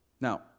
Now